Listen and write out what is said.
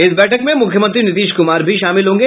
इस बैठक में मुख्यमंत्री नीतीश कुमार भी शामिल होंगे